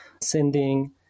sending